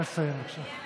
נא לסיים, בבקשה.